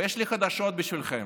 ויש לי חדשות בשבילכם: